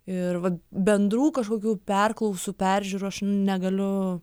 ir va bendrų kažkokių perklausų peržiūrų aš negaliu